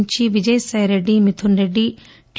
నుంచి విజయ్సాయిరెడ్డి మిథున్రెడ్డి టి